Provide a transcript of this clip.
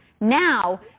now